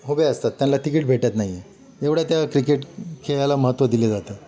उभे असतात त्यांना तिकीट भेटत नाही एवढं त्या क्रिकेट खेळाला महत्त्व दिले जातं